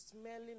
smelling